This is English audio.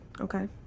Okay